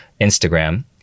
instagram